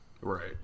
right